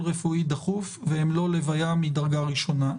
רפואי דחוף או הלוויה של קרוב משפחה מדרגה ראשונה.